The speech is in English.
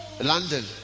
London